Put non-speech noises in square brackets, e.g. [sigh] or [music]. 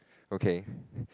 okay [breath]